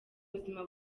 buzima